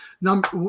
number